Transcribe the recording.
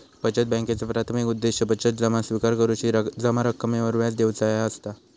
बचत बॅन्कांचा प्राथमिक उद्देश बचत जमा स्विकार करुची, जमा रकमेवर व्याज देऊचा ह्या असता